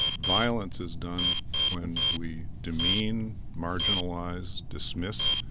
violence is done when we demean, marginalize, dismiss,